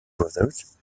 brothers